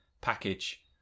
package